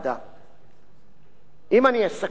אם אני אסכם, חברי הכנסת הנכבדים,